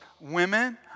women